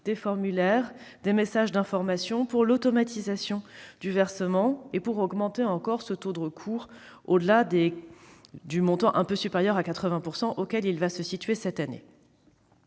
des formulaires, des messages d'information, à l'automatisation du versement, pour augmenter encore ce taux de recours au-delà du montant un peu supérieur à 80 % auquel il va se situer cette année.